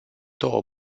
două